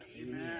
Amen